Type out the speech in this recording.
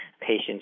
Patients